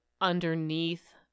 underneath